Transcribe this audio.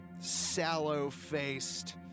sallow-faced